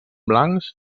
blancs